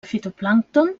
fitoplàncton